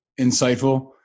insightful